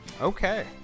Okay